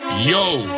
Yo